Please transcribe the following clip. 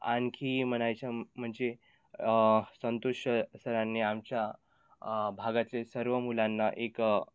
आणखी म्हणायच्या म्हणजे संतोष सरांनी आमच्या भागातचे सर्व मुलांना एक